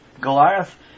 Goliath